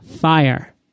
fire